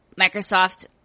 Microsoft